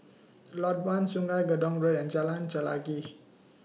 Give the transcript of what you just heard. Lot one Sungei Gedong Road and Jalan Chelagi